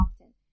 often